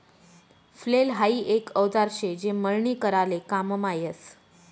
flail हाई एक औजार शे जे मळणी कराले काममा यस